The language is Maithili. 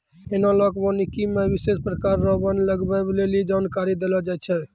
एनालाँक वानिकी मे विशेष प्रकार रो वन लगबै लेली जानकारी देलो जाय छै